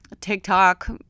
TikTok